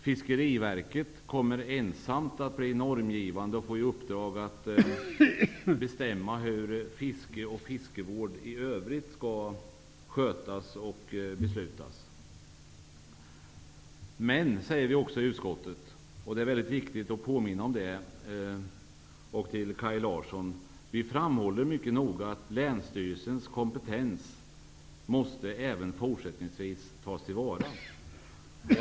Fiskeriverket kommer ensamt att bli normgivande och få i uppdrag att bl.a. bestämma hur fiske och fiskevård i övrigt skall skötas. Men i utskottet framhåller vi mycket noga att länsstyrelsens kompetens även fortsättningsvis måste tas till vara. Det är väldigt viktigt att påminna om det.